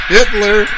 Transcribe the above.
Hitler